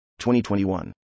2021